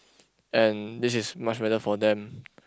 and this is much better for them